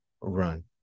Run